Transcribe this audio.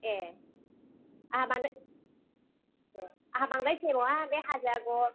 ए आंहा बांद्रा आंहा बांद्राय सिनाय नङा बे हाजो आगर